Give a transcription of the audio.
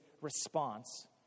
response